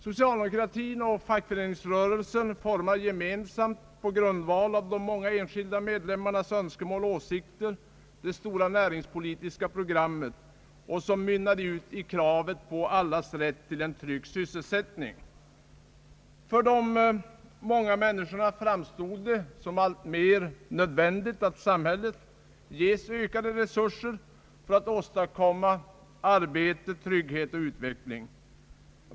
Socialdemokratin och fackföreningsrörelsen formade gemensamt på grundval av de många enskilda medlemmarnas önskemål och åsikter det stora näringspolitiska programmet, som mynnade ut i kravet på allas rätt till en trygg sysselsättning. För de många människorna framstod det som alltmer nödvändigt att samhället får ökade resurser för att åstadkomma arbete, trygghet och utveckling.